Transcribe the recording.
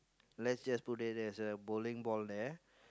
let's just put it there is a bowling ball there